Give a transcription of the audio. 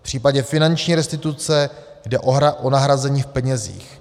V případě finanční restituce jde o nahrazení v penězích.